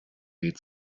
weh